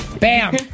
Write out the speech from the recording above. Bam